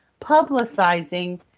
publicizing